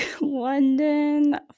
London